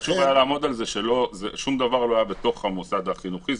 רק חשוב לעמוד על כך ששום דבר לא היה בתוך המוסד החינוכי.